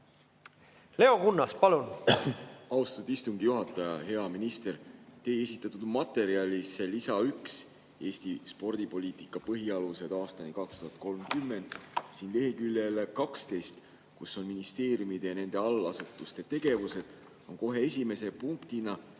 Leo Kunnas, palun! Austatud istungi juhataja! Hea minister! Teie esitatud materjali lisas 1, "Eesti spordipoliitika põhialused aastani 2030", leheküljel 12, kus on kirjas ministeeriumid ja nende allasutuste tegevused, on kohe esimese punktina